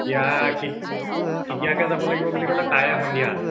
এতিয়া কে কেতিয়াকে যাব লাগিব বুলি ক'লে কাইলৈ সন্ধিয়া